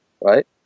right